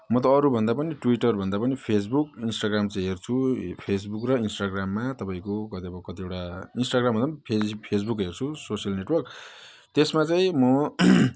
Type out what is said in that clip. म त अरू भन्दा पनि ट्विटर भन्दा पनि फेस बुक इन्स्टाग्राम चाहिँ हेर्छु फेस बुक र इन्स्टाग्राममा तपाईँको कतिवटा इन्स्टाग्राम भन्दा फेस बुक हेर्छु सोसियल नेटवर्क त्यसमा चाहिँ म